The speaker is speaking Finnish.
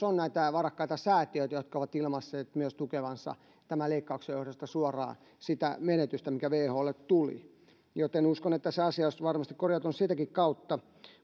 on näitä varakkaita säätiöitä jotka ovat ilmaisseet myös tukevansa tämän leikkauksen johdosta suoraan sitä menetystä mikä wholle tuli joten uskon että se asia olisi varmasti korjautunut sitäkin kautta